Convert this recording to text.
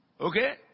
Okay